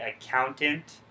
accountant